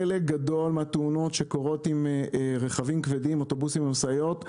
חלק גדול מהתאונות שקורות עם רכבים כבדים אוטובוסים ומשאיות,